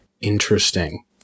Interesting